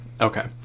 Okay